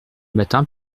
matin